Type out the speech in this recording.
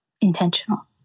intentional